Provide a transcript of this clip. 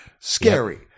Scary